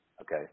Okay